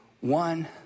one